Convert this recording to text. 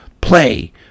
play